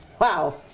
Wow